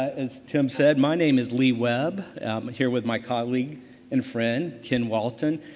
as tim said, my name is lee webb, i'm here with my colleague and friend, ken walton.